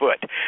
foot